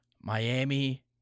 Miami